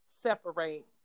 separate